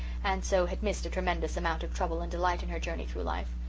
and so had missed a tremendous amount of trouble and delight in her journey through life.